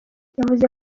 yavuze